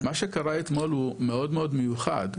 מה שקרה אתמול הוא מאוד מאוד מיוחד,